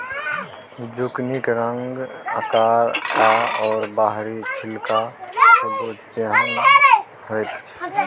जुकिनीक रंग आकार आओर बाहरी छिलका कद्दू जेहन होइत छै